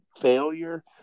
failure